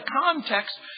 context